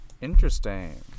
interesting